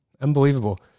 Unbelievable